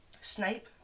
Snape